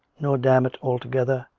nor dam it altogether,